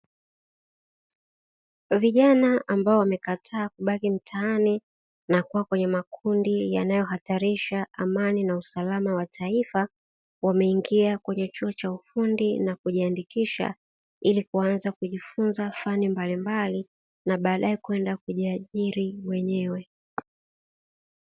Vijana ambao wamekataa kubaki mtaani na kwa kwenye makundi yanayohatarisha amani na usalama wa taifa, wameingia kwenye chuo cha ufundi na kujiandikisha ili kuanza kujifunza fani mbalimbali na baadaye kwenda kujiajiri wenyewe.